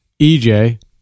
EJ